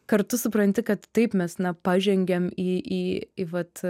kartu supranti kad taip mes na pažengiam į į į vat